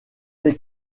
les